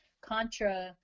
contra